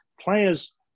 Players